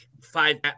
five